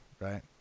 right